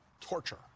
torture